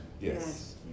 Yes